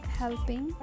helping